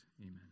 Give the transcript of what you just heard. Amen